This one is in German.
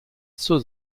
zur